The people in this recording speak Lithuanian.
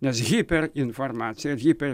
nes hiperinformacija hiper